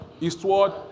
eastward